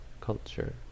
culture